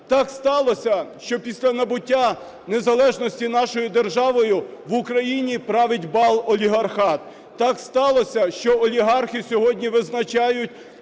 Так сталося, що після набуття незалежності нашою державою в Україні править бал олігархат. Так сталося, що олігархи сьогодні визначають,